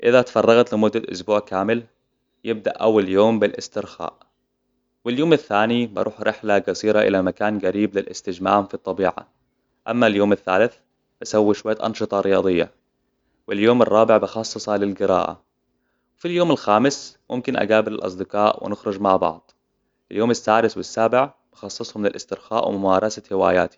إذا تفرغت لمدة أسبوع كامل، يبدأ أول يوم بالاسترخاء. واليوم الثاني، بروح رحلة قصيره إلى مكان قريب للاستجمام في الطبيعة. أما اليوم الثالث، بسوي شويه أنشطة رياضية. واليوم الرابع، بخصصه للقراءة. في اليوم الخامس، ممكن أقابل الأصدقاء ونخرج مع بعض. اليوم السادس والسابع، بخصصهم للإسترخاء وممارسة هوايتي.